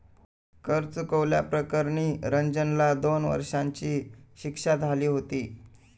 कर चुकवल्या प्रकरणी रंजनला दोन वर्षांची शिक्षा झाली होती